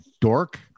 dork